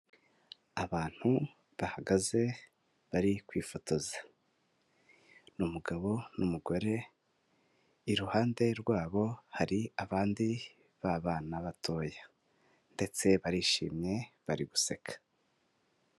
Abantu bahagaze bari kwifotoza, ni umugabo n'umugore iruhande rwabo hari abandi babana batoya ndetse barishimye bari guseka.